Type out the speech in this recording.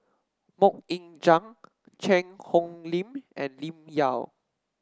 MoK Ying Jang Cheang Hong Lim and Lim Yau